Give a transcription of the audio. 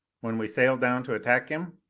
when we sail down to attack him,